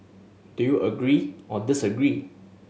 do you agree or disagree